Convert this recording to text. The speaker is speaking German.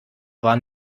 waren